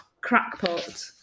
crackpot